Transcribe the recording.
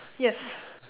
yes